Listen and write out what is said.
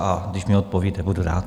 A když mi odpovíte, budu rád.